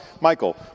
Michael